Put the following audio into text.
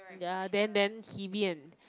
ya then then hebe and